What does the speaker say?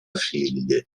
figlie